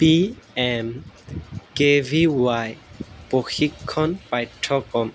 P M K V Y প্ৰশিক্ষণ পাঠ্যক্ৰম